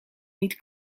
niet